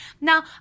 Now